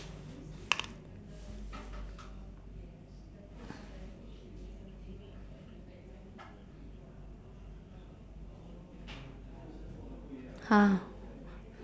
!huh!